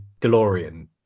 DeLorean